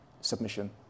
submission